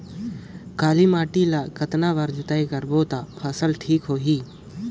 काली माटी ला कतना बार जुताई करबो ता फसल ठीक होती?